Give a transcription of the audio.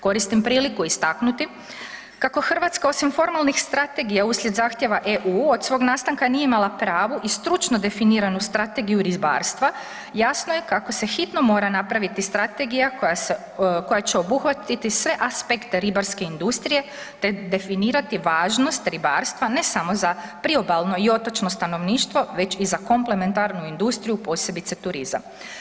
Koristim priliku istaknuti kako Hrvatska osim formalnih strategija uslijed zahtjeva EU od svog nastanka nije imala pravu i stručno definiranu strategiju ribarstva, jasno je kako se hitno mora napraviti strategija koja se, koja će obuhvatiti sve aspekte ribarske industrije, te definirati važnost ribarstva ne samo za priobalno i otočno stanovništvo već i za komplementarnu industriju posebice turizam.